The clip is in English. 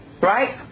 right